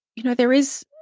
you know, there is,